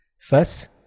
First